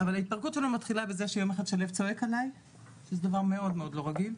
אבל ההתפרקות שלו מתחילה בזה שיום אחד שליו צועק עלי דבר מאוד לא רגיל,